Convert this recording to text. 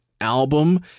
album